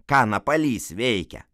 ką napalys veikia